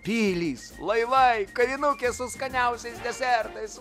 pilys laivai kavinukės su skaniausiais desertais